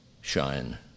shine